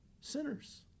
sinners